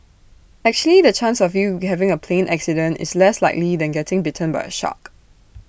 actually the chance of you having A plane accident is less likely than getting bitten by A shark